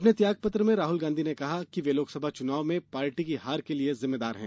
अपने त्याग पत्र में राहुल गांधी ने कहा है कि वे लोकसभा चुनाव में पार्टी की हार के लिए जिम्मेदार है